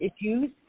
issues